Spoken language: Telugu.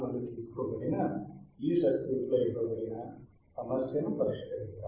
org నుండి తీసుకోబడిన ఈ సర్క్యూట్ లో ఇవ్వబడిన సమస్యను పరిష్కరిద్దాం